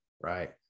Right